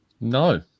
No